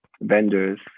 vendors